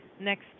next